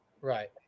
Right